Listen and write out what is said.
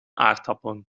aardappelen